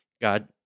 God